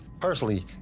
Personally